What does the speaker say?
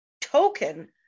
token